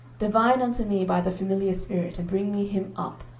divine unto me by the familiar spirit, and bring me him up,